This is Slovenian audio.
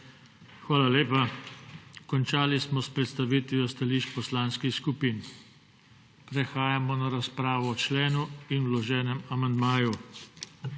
Hvala lepa. Končali smo s predstavitvijo stališč poslanskih skupin. Prehajamo na razpravo o členu in vloženem amandmaju.